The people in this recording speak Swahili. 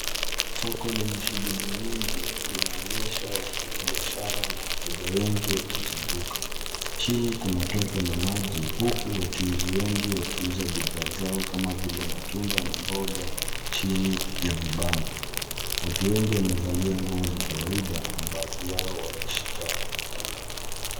Soko lenye shughuli nyingi linaonyesha wafanyabiashara na wateja wengi wakizunguka. Chini kuna tope na maji huku wachuuzi wengi wakiuza bidhaa zao kama matunda na mboga chini ya vibanda. Watu wengi wamevalia nguo za kawaida na baadhi yao wameshika miavuli.